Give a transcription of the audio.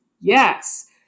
Yes